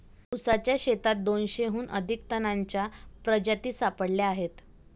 ऊसाच्या शेतात दोनशेहून अधिक तणांच्या प्रजाती सापडल्या आहेत